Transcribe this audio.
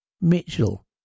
Mitchell